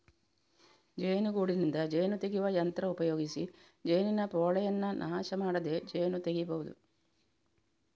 ಜೇನುಗೂಡಿನಿಂದ ಜೇನು ತೆಗೆಯುವ ಯಂತ್ರ ಉಪಯೋಗಿಸಿ ಜೇನಿನ ಪೋಳೆಯನ್ನ ನಾಶ ಮಾಡದೆ ಜೇನು ತೆಗೀಬಹುದು